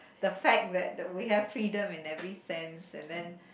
the fact that we have freedom in every sense and then